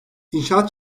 i̇nşaat